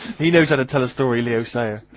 he knows how to tell a story, leo sayer.